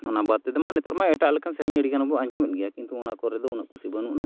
ᱚᱱᱟ ᱵᱟᱫᱽ ᱛᱮᱫᱚ ᱱᱮᱛᱟᱨᱢᱟ ᱮᱴᱟᱜ ᱞᱮᱠᱟᱱ ᱥᱮᱨᱮᱧ ᱟᱹᱰᱤᱜᱟᱱ ᱵᱚ ᱟᱸᱡᱚᱢᱮᱫ ᱜᱮᱭᱟ ᱠᱤᱱᱛᱩ ᱚᱱᱟ ᱠᱚᱨᱮᱫᱚ ᱩᱱᱟᱹᱜ ᱠᱩᱥᱤ ᱵᱟᱹᱱᱩᱜ ᱟᱱᱟᱛᱤᱧ